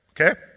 okay